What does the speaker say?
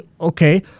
okay